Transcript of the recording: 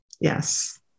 yes